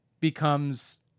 becomes